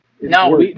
No